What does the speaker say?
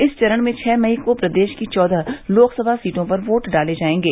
इस चेरण में छह मई को प्रदेश की चौदह लोकसभा सीटों पर वोट डाले जायेंगे